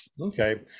Okay